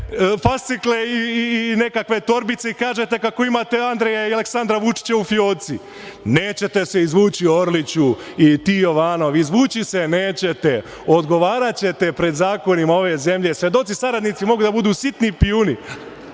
fascikle i nekakve torbice i kažete kako imate Andreja i Aleksandra Vučića u fioci. Nećete se izvući, Orliću i ti, Jovanov. Izvući se nećete. Odgovaraćete pred zakonima ove zemlje. Svedoci saradnici mogu da budu sitni piuni,